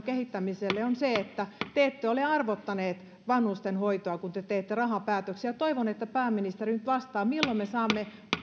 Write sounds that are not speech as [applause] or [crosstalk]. [unintelligible] kehittämiselle on se että te ette ole arvottaneet vanhustenhoitoa kun te teette rahapäätöksiä toivon että pääministeri nyt vastaa milloin me saamme